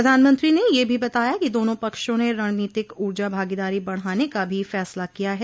प्रधानमंत्री ने यह भी बताया कि दोनों पक्षों ने रणनीतिक ऊर्जा भागीदारी बढ़ाने का भी फैसला किया है